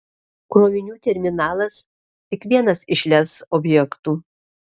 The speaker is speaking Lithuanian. krovinių terminalas tik vienas iš lez objektų